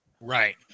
Right